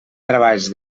treballs